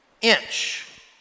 inch